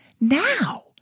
now